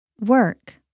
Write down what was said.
Work